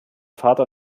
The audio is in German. vater